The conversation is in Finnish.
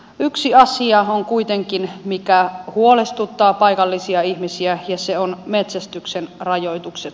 yksi asia on kuitenkin mikä huolestuttaa paikallisia ihmisiä ja se on metsästyksen rajoitukset